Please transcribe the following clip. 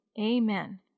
Amen